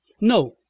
No